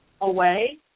away